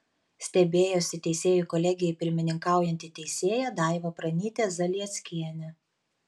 stebėjosi teisėjų kolegijai pirmininkaujanti teisėja daiva pranytė zalieckienė